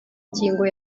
ngingo